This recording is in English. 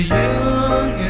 young